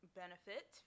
benefit